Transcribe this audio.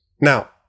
Now